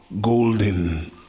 golden